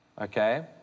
okay